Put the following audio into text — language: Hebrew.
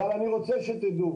אבל אני רוצה שתדעו